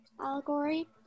allegory